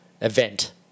event